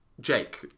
Jake